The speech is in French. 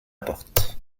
porte